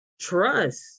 Trust